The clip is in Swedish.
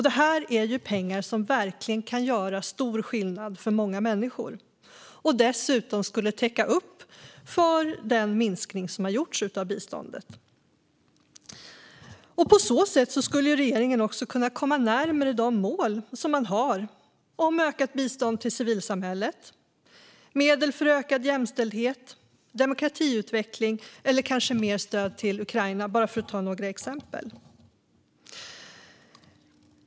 Detta är pengar som verkligen kan göra stor skillnad för många människor och som dessutom skulle täcka upp för den minskning av biståndet som gjorts. På så sätt skulle regeringen också kunna komma närmare de mål man har när det gäller ökat bistånd till civilsamhället, medel för ökad jämställdhet och demokratiutveckling eller kanske mer stöd till Ukraina - bara för att ta några exempel.